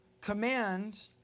command